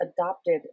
adopted